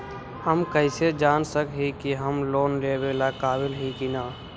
हम कईसे जान सक ही की हम लोन लेवेला काबिल ही की ना?